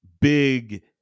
big